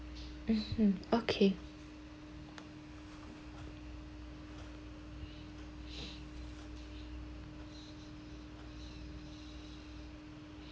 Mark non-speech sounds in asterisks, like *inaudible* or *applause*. mmhmm okay *noise*